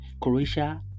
Croatia